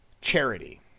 charity